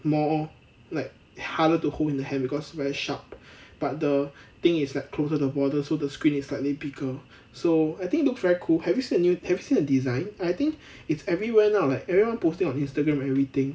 more like harder to hold in the hand because very sharp but the thing is like closer to the border so the screen is slightly bigger so I think looks very cool have you seen the new have you seen the design I think it's everywhere now like everyone posting on Instagram and everything